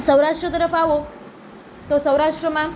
સૌરાષ્ટ્ર તરફ આવો તો સૌરાષ્ટ્રમાં